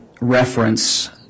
reference